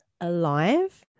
alive